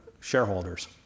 shareholders